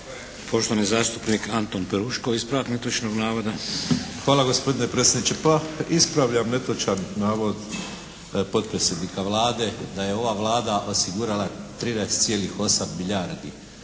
gospodine predsjedniče. Pa ispravljam netočan navod potpredsjednika Vlade da je ova Vlada osigurala 13,8 milijardi